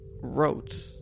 wrote